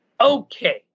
Okay